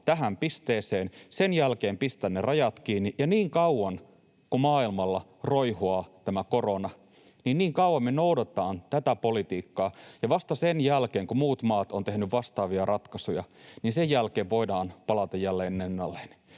tähän pisteeseen, sen jälkeen pistää ne rajat kiinni. Ja niin kauan kuin maailmalla roihuaa tämä korona, niin kauan me noudatetaan tätä politiikkaa, ja vasta sen jälkeen kun muut maat ovat tehneet vastaavia ratkaisuja, voidaan palata jälleen ennalleen.